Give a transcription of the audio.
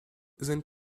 sind